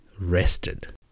rested